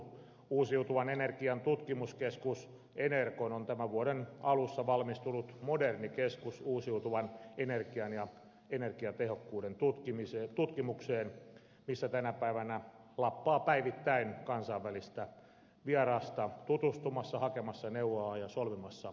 uusiutuvan energian tutkimuskeskus energon on tämän vuoden alussa valmistunut moderni keskus uusiutuvan energian ja energiatehokkuuden tutkimukseen jossa tänä päivänä lappaa päivittäin kansainvälistä vierasta tutustumassa hakemassa neuvoja ja solmimassa sopimuksia